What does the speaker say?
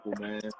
man